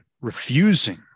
refusing